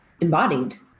embodied